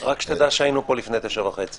הצעת